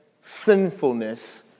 sinfulness